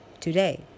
today